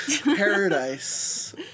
paradise